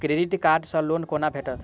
Credit card सँ loan कोना भेटत?